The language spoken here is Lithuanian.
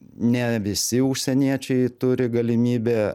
ne visi užsieniečiai turi galimybę